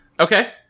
Okay